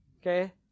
Okay